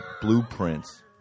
blueprints